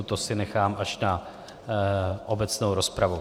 To si nechám až na obecnou rozpravu.